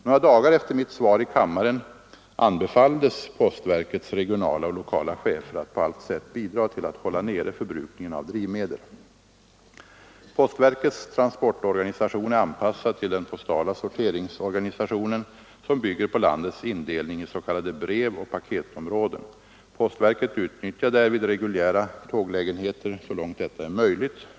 Några dagar efter mitt svar i kammaren anbefalldes postverkets regionala och lokala chefer att på allt sätt bidra till att hålla nere förbrukningen av drivmedel. Postverkets transportorganisation är anpassad till den postala sorteringsorganisationen som bygger på landets indelning i s.k. brevoch paketområden. Postverket utnyttjar därvid reguljära tåglägenheter så långt detta är möjligt.